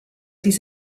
dies